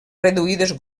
reduïdes